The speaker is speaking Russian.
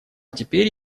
теперь